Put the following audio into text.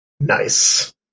Nice